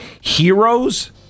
heroes